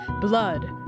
blood